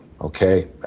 okay